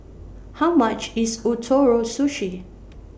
How much IS Ootoro Sushi